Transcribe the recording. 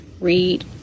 read